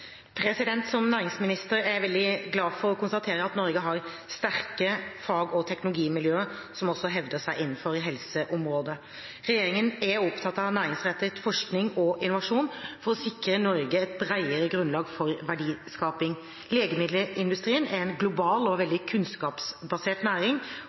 Som næringsminister er jeg veldig glad for å konstatere at Norge har sterke fag- og teknologimiljøer som også hevder seg innenfor helseområdet. Regjeringen er opptatt av næringsrettet forskning og innovasjon for å sikre Norge et bredere grunnlag for verdiskaping. Legemiddelindustrien er en global og kunnskapsbasert næring,